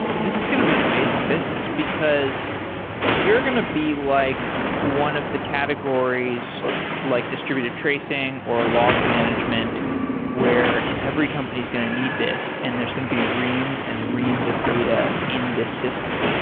this is going to be an amazing business, because you're going to be like one of the categories like distributed tracing or log management where every company is going to need this and there's going to be reams and reams of data in this system.